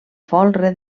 folre